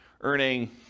earning